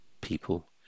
people